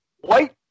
White